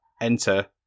Enter